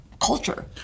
culture